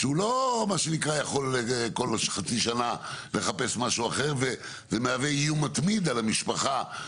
הוא לא יכול כל חצי שנה לחפש משהו אחר מה שמהווה איום מתמיד על המשפחה.